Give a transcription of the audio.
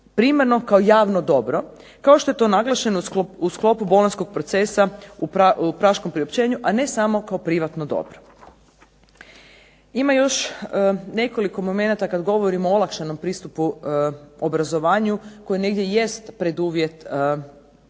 primarno kao javno dobro. Kao što je to naglašeno u sklopu bolonjskog procesa u praškom priopćenju, a ne samo kao privatno dobro. Ima još nekoliko momenata kad govorimo o olakšanom pristupu obrazovanju koje negdje jest preduvjet